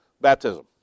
baptism